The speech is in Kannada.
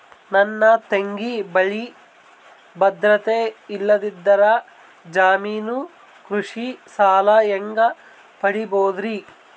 ನನ್ನ ತಂಗಿ ಬಲ್ಲಿ ಭದ್ರತೆ ಇಲ್ಲದಿದ್ದರ, ಜಾಮೀನು ಕೃಷಿ ಸಾಲ ಹೆಂಗ ಪಡಿಬೋದರಿ?